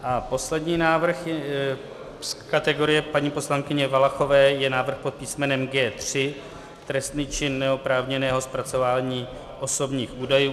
A poslední návrh z kategorie paní poslankyně Valachové je návrh pod písmenem G3, trestný čin neoprávněného zpracovávání osobních údajů.